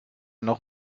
noch